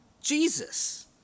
Jesus